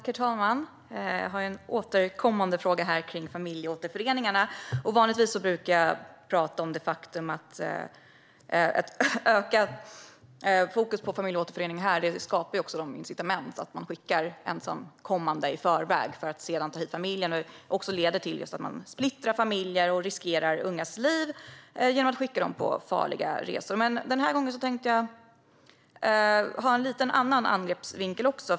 Herr talman! Jag har en återkommande fråga om familjeåterföreningarna. Vanligtvis brukar jag prata om faktumet att ett ökat fokus på familjeåterförening här skapar incitament att skicka ensamkommande i förväg för att sedan ta hit familjen. Det leder också till att man splittrar familjer och riskerar ungas liv genom att skicka dem på farliga resor. Den här gången har jag dock en lite annorlunda angreppsvinkel.